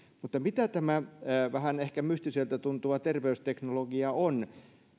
mutta mitä tämä vähän ehkä mystiseltä tuntuva terveysteknologia on